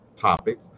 topics